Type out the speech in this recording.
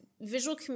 visual